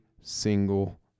single